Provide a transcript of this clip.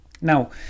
now